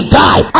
die